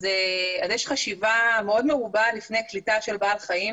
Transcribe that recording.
אז יש חשיבה מאוד מרובה לפני קליטה של בעל חיים,